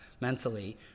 mentally